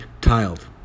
tiled